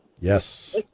Yes